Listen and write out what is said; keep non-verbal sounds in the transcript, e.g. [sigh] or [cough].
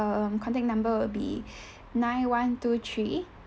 um contact number will be [breath] nine one two three